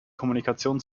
kommunikation